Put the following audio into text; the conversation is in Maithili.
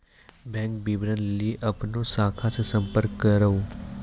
बैंक विबरण लेली अपनो शाखा से संपर्क करो